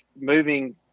moving –